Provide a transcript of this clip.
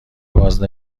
باز